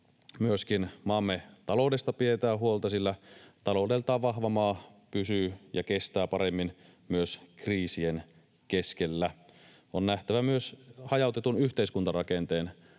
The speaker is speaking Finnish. myöskin maamme taloudesta pidetään huolta, sillä taloudeltaan vahva maa pysyy ja kestää paremmin myös kriisien keskellä. On nähtävä myös hajautetun yhteiskuntarakenteen merkitys, ja se